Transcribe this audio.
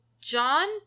john